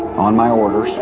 on my orders,